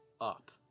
up